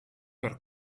per